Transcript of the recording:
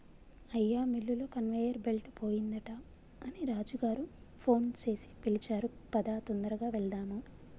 అయ్యా మిల్లులో conveyor belt పోయిందట అని రాజు గారు ఫోన్ సేసి పిలిచారు పదా తొందరగా వెళ్దాము